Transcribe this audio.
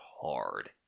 hard